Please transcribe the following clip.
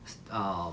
s~ um